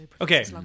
okay